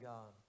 God